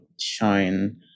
shine